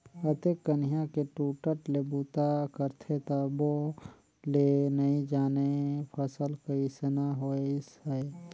अतेक कनिहा के टूटट ले बूता करथे तभो ले नइ जानय फसल कइसना होइस है